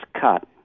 cut